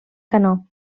canó